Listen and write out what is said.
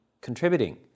contributing